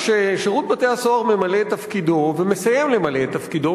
כששירות בתי-הסוהר ממלא את תפקידו ומסיים למלא את תפקידו,